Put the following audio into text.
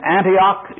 Antioch